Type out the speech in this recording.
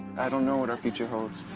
i don't know what our future holds.